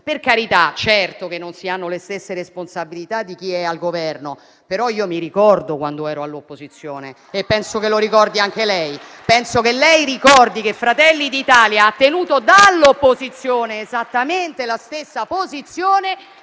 Per carità, certo che non si hanno le stesse responsabilità di chi è al Governo, però io mi ricordo quando ero all'opposizione e penso che lo ricordi anche lei. Penso che lei ricordi che Fratelli d'Italia ha tenuto, dall'opposizione, esattamente la stessa posizione